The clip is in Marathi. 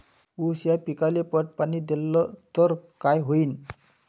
ऊस या पिकाले पट पाणी देल्ल तर काय होईन?